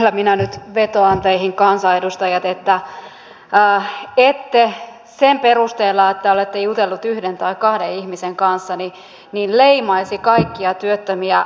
kyllä minä nyt vetoan teihin kansanedustajat että ette sen perusteella että olette jutelleet yhden tai kahden ihmisen kanssa leimaisi kaikkia työttömiä